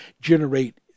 generate